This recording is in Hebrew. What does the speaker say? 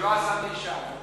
שלא עשני אישה.